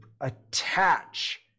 attach